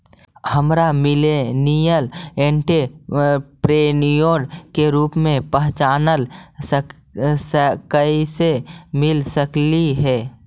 हमरा millennial entrepreneur के रूप में पहचान कइसे मिल सकलई हे?